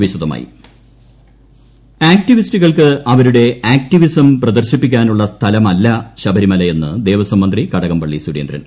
ശബരിമല ആക്ടിവിസ്റ്റുകൾക്ക് അവരുടെ ആക്ടിവിസം പ്രദർശിപ്പിക്കാനുള്ള സ്ഥലമല്ല ശബരിമല എന്ന് ദേവസ്വം മന്ത്രി കടകംപള്ളി സുരേന്ദ്രൻ